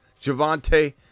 Javante